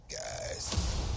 guys